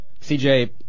CJ